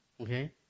Okay